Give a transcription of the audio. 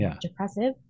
depressive